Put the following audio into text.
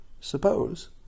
suppose